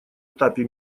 этапе